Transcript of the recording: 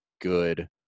good